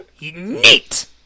neat